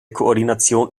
koordination